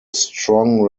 strong